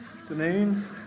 Afternoon